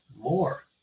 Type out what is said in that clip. more